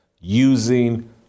Using